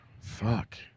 Fuck